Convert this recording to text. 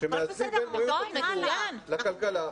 שמאזנים בין בריאות הציבור לכלכלה,